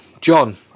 john